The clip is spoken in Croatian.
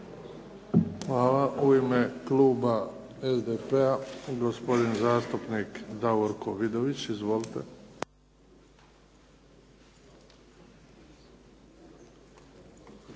Hvala. U ime Kluba SDP-a, gospodin zastupnik Davorko Vidović. Izvolite.